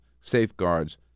safeguards